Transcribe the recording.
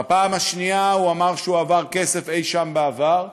בפעם השנייה הוא אמר שהועבר כסף אי-שם בעבר,